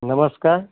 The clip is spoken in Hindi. नमस्कार